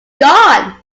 gone